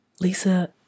Lisa